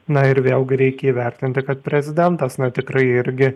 na ir vėlgi reikia įvertinti kad prezidentas na tikrai irgi